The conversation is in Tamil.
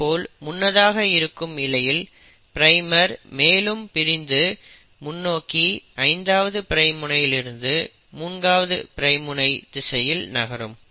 இதேபோல முன்னதாக இருக்கும் இழையில் பிரைமர் மேலும் பிரித்து முன்னோக்கி 5ஆவது பிரைம் முனையிலிருந்து 3ஆவது பிரைம் முனை திசையில் நகரும்